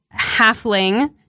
halfling